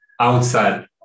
outside